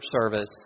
service